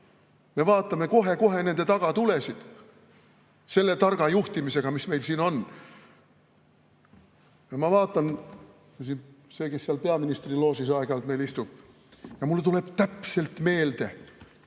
Me vaatame kohe-kohe nende tagatulesid selle targa juhtimisega, mis meil siin on. Ma vaatan siin seda, kes meil seal peaministri loožis aeg-ajalt istub, ja mulle tuleb täpselt meelde